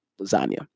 lasagna